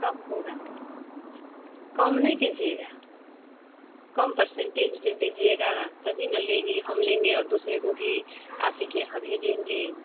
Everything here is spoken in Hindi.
कब होगा तो कम नहीं कीजिएगा कम पर्सेंटेज पर दीजिएगा तभी न लेगी हम लेंगे और दूसरे को भी आप ही के यहाँ भेजेंगे